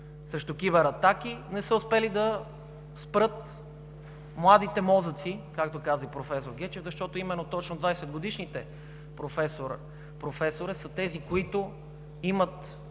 срещу кибератаки, не са успели да спрат „младите мозъци“, както каза и професор Гечев, защото точно 20-годишните, Професоре, са тези, които имат